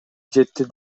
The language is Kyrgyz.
жетти